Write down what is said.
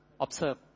observe